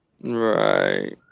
Right